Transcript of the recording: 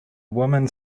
woman